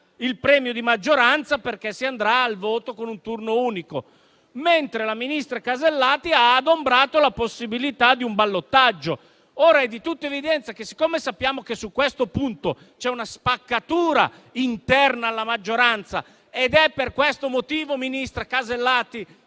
il premio di maggioranza non scatterà perché si andrà al voto con un turno unico, mentre, dall'altra parte, la ministra Casellati ha adombrato la possibilità di un ballottaggio. È di tutta evidenza che, siccome sappiamo che su questo punto c'è una spaccatura interna alla maggioranza ed è per questo motivo, ministra Casellati,